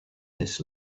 this